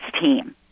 team